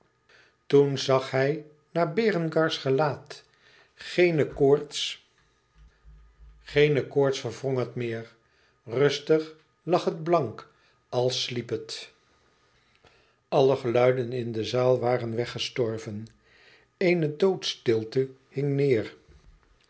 toen zag hij naar berengars gelaat geene koorts verwrong het meer rustig lag het blank als sliep het alle geluiden in de zaal waren weggestorven eene doodstilte hing neêr